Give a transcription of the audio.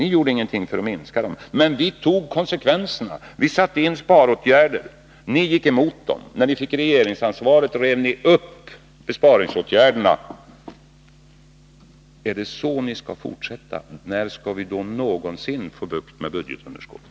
Ni gjorde ingenting för att minska dem, men vi tog konsekvenserna av dem och satte in sparåtgärder. Ni gick emot dessa, och när ni fick regeringsansvaret rev ni upp besparingsåtgärderna. Om ni skall fortsätta på det sättet, hur skall vi då någonsin få bukt med budgetunderskotten?